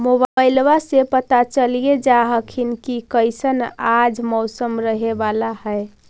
मोबाईलबा से पता चलिये जा हखिन की कैसन आज मौसम रहे बाला है?